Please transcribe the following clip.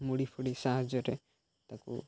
ମୁଢ଼ି ଫୁଡ଼ି ସାହାଯ୍ୟରେ ତାକୁ